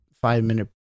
five-minute